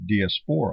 diaspora